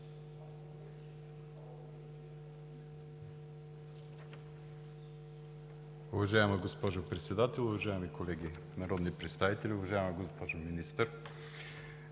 Уважаема госпожо председател, дами и господа народни представители, уважаеми господин министър!